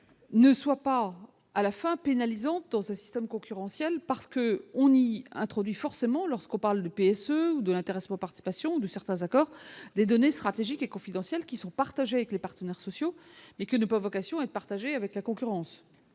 ne soient pas à la fin, pénalisante dans un système concurrentiel parce que on y introduit forcément lorsqu'on parle du PSE, ou de l'intéressement partie passion de certains accords des données stratégiques et confidentielles qui sont partagés avec les partenaires sociaux mais que ne pas vocation et partager avec la concurrence